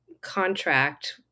contract